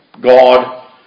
God